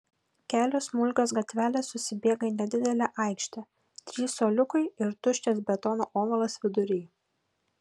kelios smulkios gatvelės susibėga į nedidelę aikštę trys suoliukai ir tuščias betono ovalas vidury